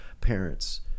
parents